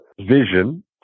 vision